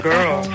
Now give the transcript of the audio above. Girl